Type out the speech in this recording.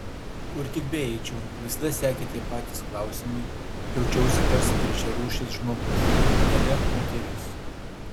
kur tik beeičiau visada sekė tie patys klausimai jaučiausi tarsi trečiarūšis žmogus nebe moteris